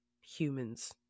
humans